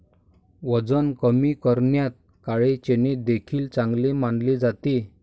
वजन कमी करण्यात काळे चणे देखील चांगले मानले जाते